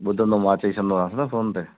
ॿुधंदो मां चई छॾंदोमास न फ़ोन ते